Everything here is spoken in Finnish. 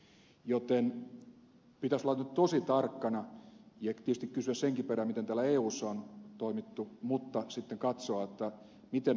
joten pitäisi olla nyt tosi tarkkana ja tietysti kysyä senkin perään miten eussa on toimittu mutta sitten katsoa miten nämä laatuvaatimukset tehdään